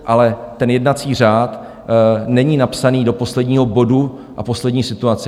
Ale jednací řád není napsaný do posledního bodu a poslední situace.